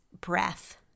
Breath